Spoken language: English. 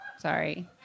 Sorry